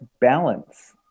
balance